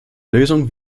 lösung